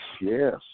Yes